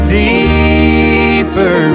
deeper